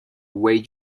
way